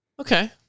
Okay